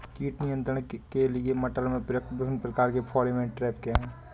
कीट नियंत्रण के लिए मटर में प्रयुक्त विभिन्न प्रकार के फेरोमोन ट्रैप क्या है?